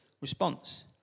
response